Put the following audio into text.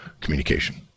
communication